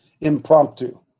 impromptu